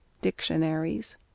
Dictionaries